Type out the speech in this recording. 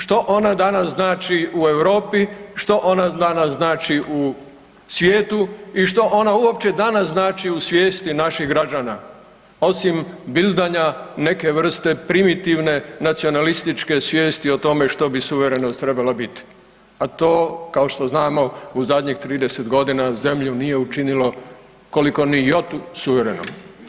Što ona danas znači u Europi, što ona danas znači u svijetu i što ona uopće danas znači u svijesti naših građana osim bildanja neke vrste primitivne nacionalističke svijesti o tome što bi suverenost trebala biti, a to kao što znamo u zadnjih 30.g. zemlju nije učinilo koliko ni jotu suvereno.